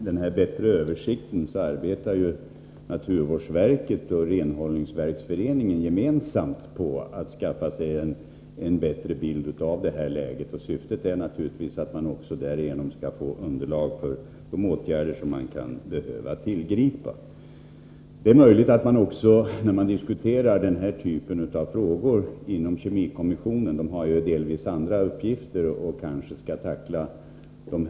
Herr talman! Naturvårdsverket och Renhållningsverksföreningen samarbetar för att få en bättre översikt och en bättre bild av läget. Syftet är naturligtvis att man därigenom också får underlag för de åtgärder som kan behövas. Inom kemikommissionen pågår en diskussion om den här typen av problem. Kommissionen har i viss utsträckning andra uppgifter.